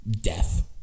death